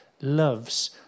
loves